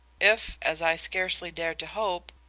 if, as i scarcely dare to hope,